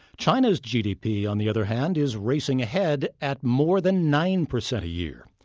china's gdp, on the other hand, is racing ahead at more than nine percent a year.